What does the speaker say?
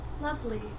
Lovely